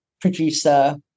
producer